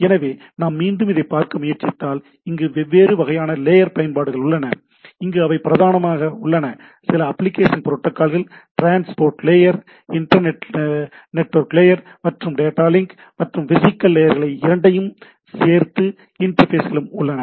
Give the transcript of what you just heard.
எனவே நாம் மீண்டும் இதைப் பார்க்க முயற்சித்தால் இங்கு வெவ்வேறு வகையான லேயர் பயன்பாடுகள் உள்ளன இங்கு இவை பிரதானமாக உள்ளன சில அப்ளிகேஷன் புரோட்டோக்கால்கள் transport layer inter network layer மற்றும் டேட்டா லிங்க் மற்றும் பிசிகல் லேயர்களை இரண்டையும் சேர்த்த இண்டர்ஃபேஸ்களும் உள்ளன